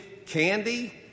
Candy